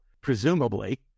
presumably